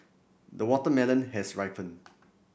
the watermelon has ripened